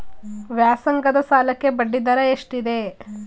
ವ್ಯಾಸಂಗದ ಸಾಲಕ್ಕೆ ಬಡ್ಡಿ ದರ ಎಷ್ಟಿದೆ?